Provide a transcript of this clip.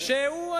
שהוא,